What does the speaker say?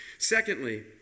Secondly